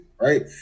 right